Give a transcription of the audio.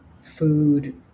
food